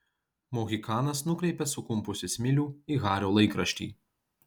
mohikanas nukreipė sukumpusį smilių į hario laikraštį